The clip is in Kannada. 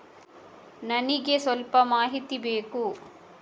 ನನಿಗೆ ಸ್ವಲ್ಪ ಮಾಹಿತಿ ಬೇಕು